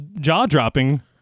jaw-dropping